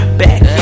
back